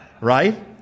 right